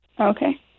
Okay